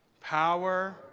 Power